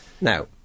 now